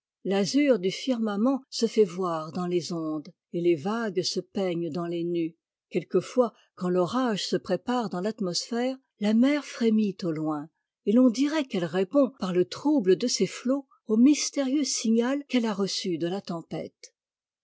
t'azur du firmament se fait voir dans les ondes et les vagues se peignent dans les nues quelquefois quand l'orage se prépare dans l'atmosphère la mer frémit au loin et l'on dirait qu'elle répond par le trouble de ses flots au mystérieux signât qu'elle a reçu de la tempête